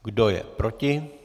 Kdo je proti?